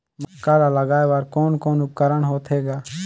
मक्का ला लगाय बर कोने कोने उपकरण होथे ग?